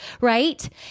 right